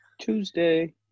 Tuesday